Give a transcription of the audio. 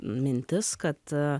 mintis kad